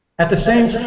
at the same time,